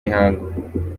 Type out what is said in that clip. y’ihangu